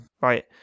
Right